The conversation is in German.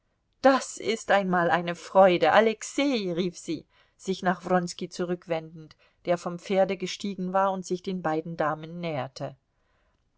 das ist einmal eine freude alexei rief sie sich nach wronski zurückwendend der vom pferde gestiegen war und sich den beiden damen näherte